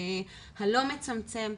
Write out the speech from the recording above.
הלא מצמצם.